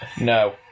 No